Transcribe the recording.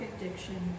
addiction